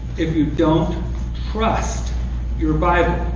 if you don't trust your bible?